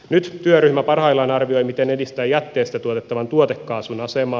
nyt työryhmä parhaillaan arvioi miten edistää jätteestä tuotettavan tuotekaasun asemaa